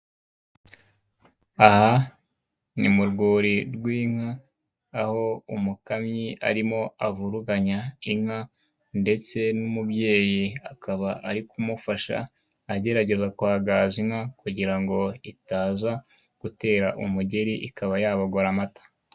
Aha ni mu rwuri rw'inka, aho umukamyi arimo avuruganya inka ndetse n'umubyeyi akaba ari kumufasha, agerageza kwagaza inka kugira ngo itaza gutera umugeri ikaba yabogora amata.